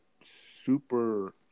super